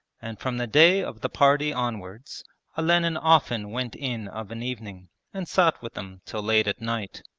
and from the day of the party onwards olenin often went in of an evening and sat with them till late at night.